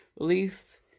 released